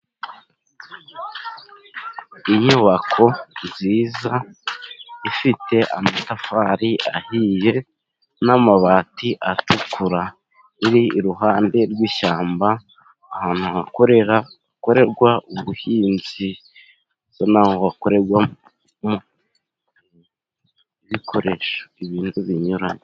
Inyubako nziza， ifite amatafari ahiye n'amabati atukura， iri iruhande rw'ishyamba， ahantu hakorerwa ubuhinzi ，ndetse n'aho bakorera ibikoresho, ibintu binyuranye.